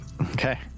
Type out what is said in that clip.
Okay